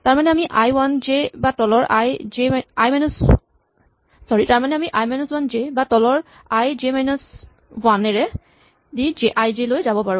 তাৰমানে আমি I one J বা তলৰ আই জে ৱান এৰে দি আই জে লৈ যাব পাৰো